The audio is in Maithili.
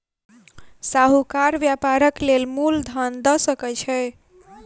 साहूकार व्यापारक लेल मूल धन दअ सकै छै